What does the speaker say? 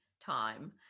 time